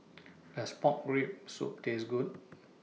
Does Pork Rib Soup Taste Good